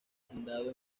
fundado